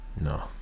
no